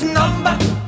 number